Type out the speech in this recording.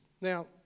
Now